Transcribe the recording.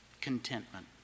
contentment